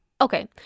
Okay